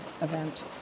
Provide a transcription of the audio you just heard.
event